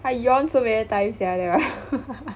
I yawned so many times sia that